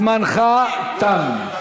זמנך תם.